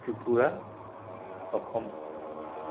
Tripura Assam